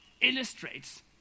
illustrates